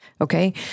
Okay